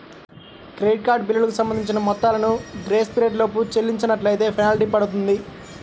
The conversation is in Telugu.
క్రెడిట్ కార్డు బిల్లులకు సంబంధించిన మొత్తాలను గ్రేస్ పీరియడ్ లోపు చెల్లించనట్లైతే ఫెనాల్టీ పడుతుంది